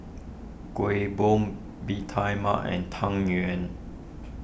Kueh Bom Bee Tai Mak and Tang Yuen